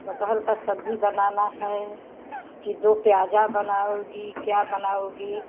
कटहल की सब्ज़ी बनाना है कि दो प्याज़ा बनाओगी क्या बनाओगी